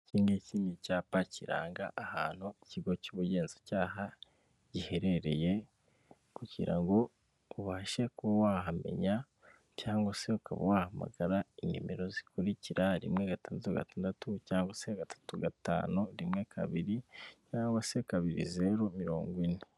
Iki ngiki ni icyapa kiranga ahantu ikigo cy'ubugenzacyaha giherereye kugira ngo ubashe kuba wahamenya cyangwa se ukaba wahamagara inimero zikurikira rimwe gatantu gatandatu cyangwa se gatu, gatanu rimwe kabiri cyangwa se kabiri zeru mirongo ine.